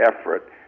effort